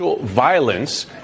...violence